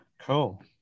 Cool